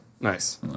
Nice